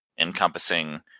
encompassing